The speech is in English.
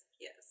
Yes